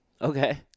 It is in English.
Okay